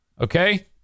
Okay